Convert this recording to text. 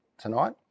tonight